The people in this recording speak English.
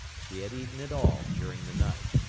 he had eaten it all during the night.